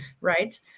right